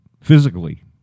physically